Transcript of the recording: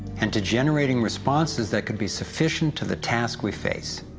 and to generating responses that could be sufficient to the task we face.